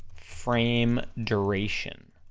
frame duration.